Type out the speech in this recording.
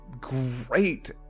great